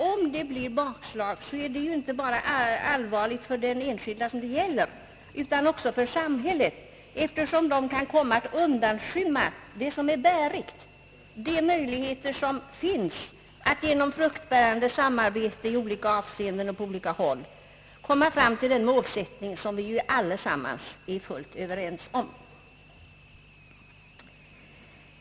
Och ett bakslag blir allvarligt inte bara för de enskilda det gäller utan också för samhället, eftersom det bärande kan komma att undanskymmas: de möjligheter som finns att genom fruktbärande samarbete i olika avseenden och på olika håll förverkliga den målsättning som vi ju allesammans är fullt överens om.